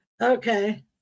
okay